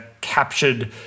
captured